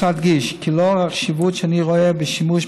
יש להדגיש כי לאור החשיבות שאני רואה בשימוש